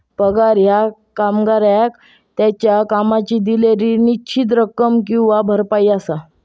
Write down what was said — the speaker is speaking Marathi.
पगार ह्या कर्मचाऱ्याक त्याच्यो कामाची दिलेली निश्चित रक्कम किंवा भरपाई असा